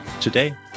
today